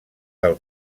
del